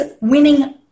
winning